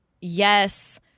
yes